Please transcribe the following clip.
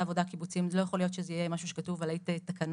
עבודה קיבוציים יהיה משהו שכתוב עלי תקנון,